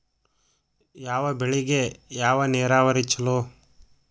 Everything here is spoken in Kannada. ಯಾವ ಬೆಳಿಗೆ ಯಾವ ನೇರಾವರಿ ಛಲೋ?